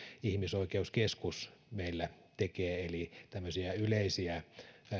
ihmisoikeuskeskus meillä tekee eli tämmöistä yleistä